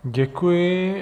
Děkuji.